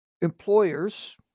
employers